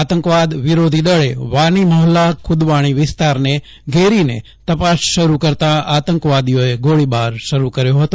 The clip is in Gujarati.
આતંકવાદ વિરોધી દળે વાની મહોલ્લા ખુ દવાણી વિસ્તારને ઘેરીને તપાસ શરૂ કરતાં આતંકવાદીઓએ ગોળીબાર શરૂ કર્યો હતો